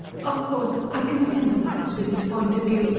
of course, i can sympathise with his point of view.